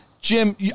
Jim